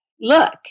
Look